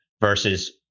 versus